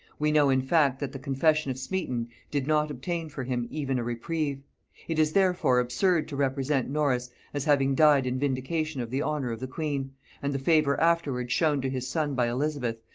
we know in fact that the confession of smeton did not obtain for him even a reprieve it is therefore absurd to represent norris as having died in vindication of the honor of the queen and the favor afterwards shown to his son by elizabeth,